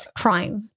crime